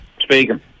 Speaking